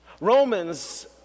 Romans